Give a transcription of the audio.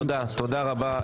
תודה, תודה רבה.